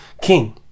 king